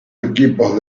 equipos